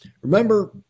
Remember